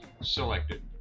selected